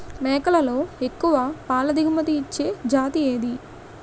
మేకలలో ఎక్కువ పాల దిగుమతి ఇచ్చే జతి ఏది?